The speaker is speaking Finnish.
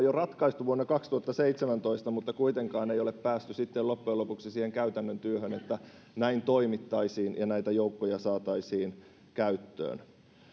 jo ratkaistu vuonna kaksituhattaseitsemäntoista mutta kuitenkaan ei ole päästy sitten loppujen lopuksi siihen käytännön työhön että näin toimittaisiin ja näitä joukkoja saataisiin käyttöön